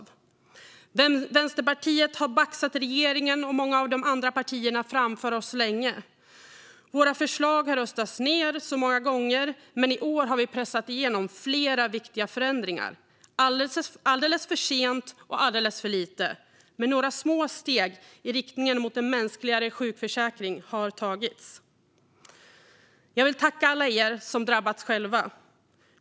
Vi i Vänsterpartiet har baxat regeringen och många av de andra partierna framför oss länge. Våra förslag har röstats ned så många gånger, men i år har vi pressat igenom flera viktiga förändringar. Det är alldeles för sent och alldeles för lite, men några små steg i riktning mot en mänskligare sjukförsäkring har tagits. Jag vill tacka alla er som själva har drabbats.